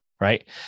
Right